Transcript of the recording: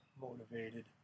motivated